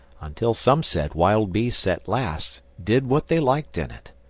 until some said wild beasts at last did what they liked in it.